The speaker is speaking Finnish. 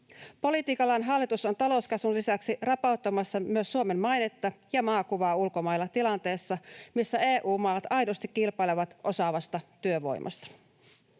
Politiikallaan hallitus on talouskasvun lisäksi rapauttamassa myös Suomen mainetta ja maakuvaa ulkomailla tilanteessa, missä EU-maat aidosti kilpailevat osaavasta työvoimasta.